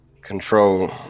control